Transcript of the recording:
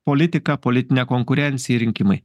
politika politinė konkurencija rinkimai